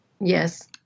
Yes